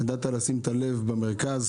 ידעת לשים את הלב במרכז.